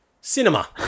cinema